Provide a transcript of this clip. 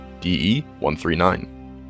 DE-139